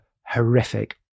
horrific